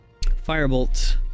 Firebolt